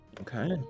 Okay